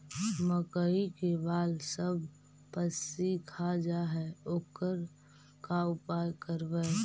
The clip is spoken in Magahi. मकइ के बाल सब पशी खा जा है ओकर का उपाय करबै?